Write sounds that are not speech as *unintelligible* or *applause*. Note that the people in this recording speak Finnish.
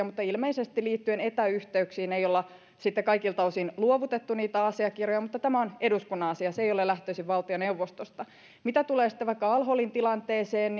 *unintelligible* mutta ilmeisesti liittyen etäyhteyksiin ei olla sitten kaikilta osin luovutettu niitä asiakirjoja tämä on eduskunnan asia se ei ole lähtöisin valtioneuvostosta mitä tulee sitten vaikka al holin tilanteeseen *unintelligible*